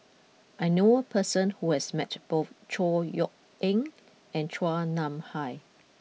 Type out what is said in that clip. I knew a person who has met both Chor Yeok Eng and Chua Nam Hai